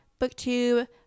BookTube